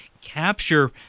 capture